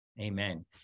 Amen